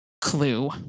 clue